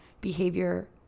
behavior